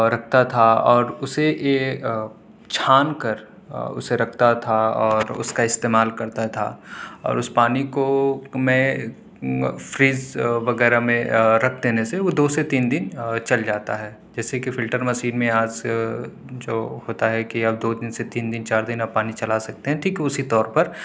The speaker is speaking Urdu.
رکھتا تھا اور اسے یہ چھان کر اسے رکھتا تھا اور اس کا استعمال کرتا تھا اور اس پانی کو میں فریج وغیرہ میں رکھ دینے سے وہ دو سے تین دن چل جاتا ہے جیسے کہ فلٹر مشین میں آج جو ہوتا ہے کہ آپ دو دن سے تین دن چار دن آپ پانی چلا سکتے ہیں ٹھیک اسی طور پر